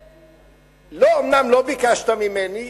אומנם לא ביקשת ממני,